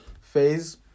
phase